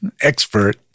expert